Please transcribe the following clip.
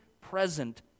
present